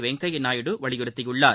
வெங்கய்யா நாயுடு வலியுறுத்தியுள்ளார்